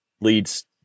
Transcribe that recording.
leads